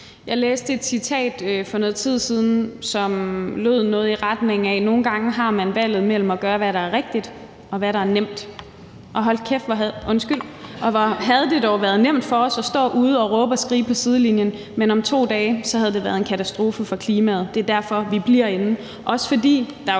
Jeg læste et citat for noget tid siden, som lød noget i retning af: Nogle gange har man valget mellem at gøre, hvad der er rigtigt, og hvad der er nemt. Og hvor havde det dog været nemt for os at stå ude på sidelinjen og råbe og skrige, men om 2 dage havde det været en katastrofe for klimaet. Det er derfor, vi bliver inde.